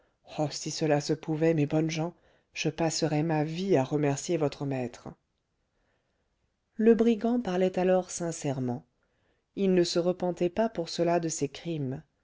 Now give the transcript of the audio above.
si cela se pouvait mes bonnes gens je passerais ma vie à remercier votre maître le brigand parlait alors sincèrement il ne se repentait pas pour cela de ses crimes